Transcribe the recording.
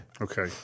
Okay